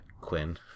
Quinn